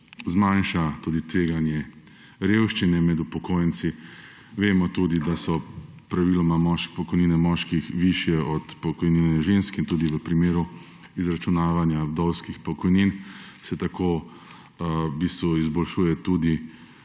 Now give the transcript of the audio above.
zmanjša tudi tveganje revščine med upokojenci. Vemo tudi, da so praviloma pokojnine moških višje od pokojnin žensk; in tudi v primeru izračunavanja vdovskih pokojnin se tako v bistvu izboljšuje tudi